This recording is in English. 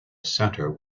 center